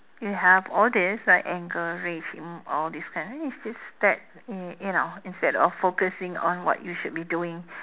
you have all this like anger rage and all this kind you know instead of focusing on what you should be doing